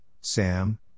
Sam